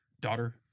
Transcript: Daughter